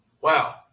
Wow